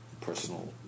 personal